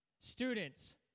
Students